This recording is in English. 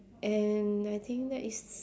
and I think that is